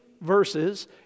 verses